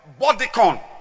bodycon